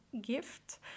gift